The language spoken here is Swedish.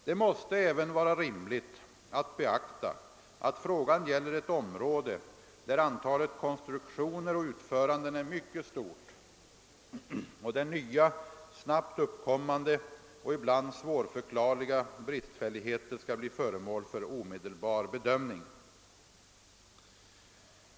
Det måste även vara rimligt att beakta att frågan gäller ett område, där antalet konstruktioner och utföranden är mycket stort och där nya, snabbt uppkommande och ibland svårförklarliga bristfälligheter skall bli föremål för omedelbar bedömning.